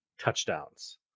touchdowns